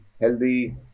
healthy